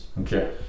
okay